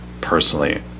personally